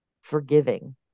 forgiving